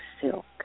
silk